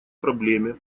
проблеме